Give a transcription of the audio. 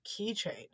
keychain